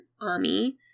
Ami